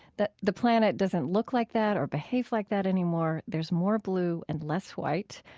the the planet doesn't look like that or behave like that anymore there's more blue and less white,